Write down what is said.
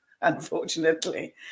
unfortunately